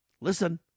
Listen